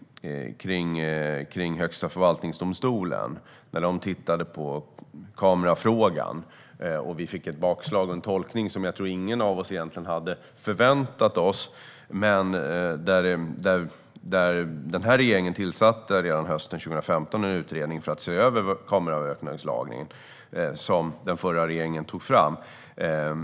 branschen när Högsta förvaltningsdomstolen tittade på kamerafrågan. Vi fick då ett bakslag och en tolkning som jag inte tror att någon av oss hade förväntat oss egentligen. Den här regeringen tillsatte redan hösten 2015 en utredning för att se över kameraövervakningslagen, som den förra regeringen tog fram.